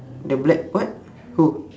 the black what who